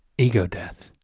ego death.